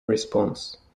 response